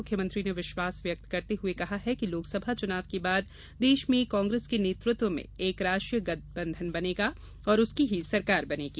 मुख्यमंत्री ने विश्वास व्यक्त करते हुए कहा है कि लोकसभा चुनाव के बाद देश में कांग्रेस के नेतृत्व में एक राष्ट्रीय गठबंधन बनेगा और उसकी ही सरकार बनेगी